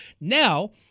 Now